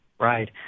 Right